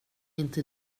inte